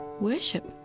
worship